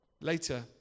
later